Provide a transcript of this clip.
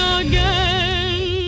again